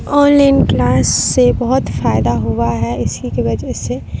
on line class سے بہت فائدہ ہوا ہے اسی کی وجہ سے